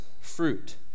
fruit